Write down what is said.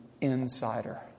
insider